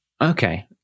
okay